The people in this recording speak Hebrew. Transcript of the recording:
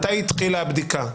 מתי התחילה הבדיקה?